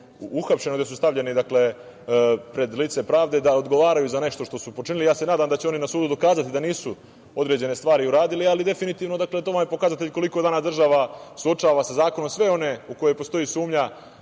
uhapšena, gde su stavljeni pred lice pravde da odgovaraju za nešto što su počinili. Nadam se da će oni na sudu dokazati da nisu određene stvari uradili, ali definitivno to nam je pokazatelj koliko država suočava sa zakonom sve one za koje postoji sumnja